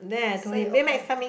so you open